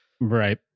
Right